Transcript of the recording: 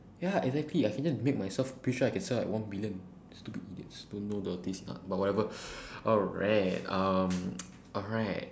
ya exactly I could just make myself pretty sure I can sell like one billion stupid idiots don't know their taste lah but whatever alright um alright